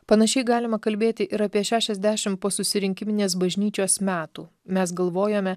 panašiai galima kalbėti ir apie šešiasdešim posusirinkiminės bažnyčios metų mes galvojome